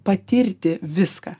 patirti viską